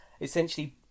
essentially